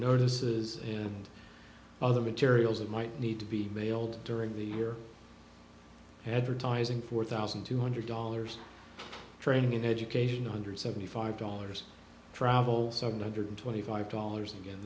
notices and other materials that might need to be mailed during the year advertising four thousand two hundred dollars training in education nine hundred seventy five dollars travel seven hundred twenty five dollars again